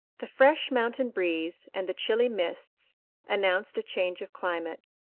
the fresh mountain breeze and the chilly mists announced a change of climate.